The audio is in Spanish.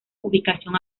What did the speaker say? ubicación